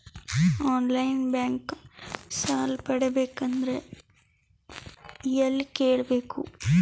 On line bank ಸಾಲ ಪಡಿಬೇಕಂದರ ಎಲ್ಲ ಕೇಳಬೇಕು?